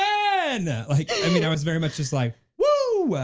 i and like yeah i mean i was very much just like, whew!